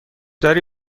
داری